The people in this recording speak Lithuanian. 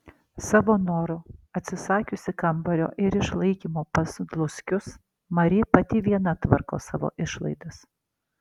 savo noru atsisakiusi kambario ir išlaikymo pas dluskius mari pati viena tvarko savo išlaidas